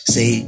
Say